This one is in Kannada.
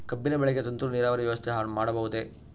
ಕಬ್ಬಿನ ಬೆಳೆಗೆ ತುಂತುರು ನೇರಾವರಿ ವ್ಯವಸ್ಥೆ ಮಾಡಬಹುದೇ?